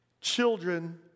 children